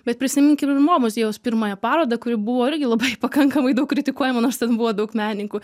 bet prisiminkim ir mo muziejaus pirmąją parodą kuri buvo irgi labai pakankamai daug kritikuojama nors ten buvo daug menininkų